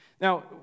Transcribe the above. Now